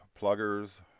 pluggers